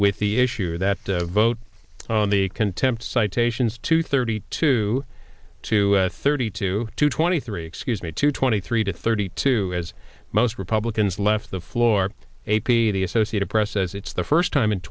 with the issue or that vote on the contempt citations to thirty two to thirty two to twenty three excuse me to twenty three to thirty two as most republicans left the floor a p the associated press says it's the first time